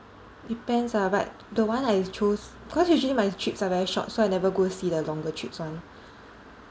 depends ah but the one I s~ chose because usually my trips are very short so I never go see the longer trips [one]